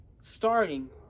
starting